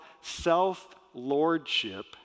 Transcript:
self-lordship